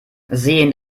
sehen